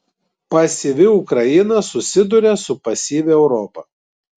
pasyvi ukraina susiduria su pasyvia europa